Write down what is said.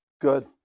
Good